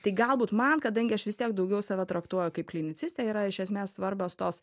tai galbūt man kadangi aš vis tiek daugiau save traktuoju kaip klinicistę yra iš esmės svarbios tos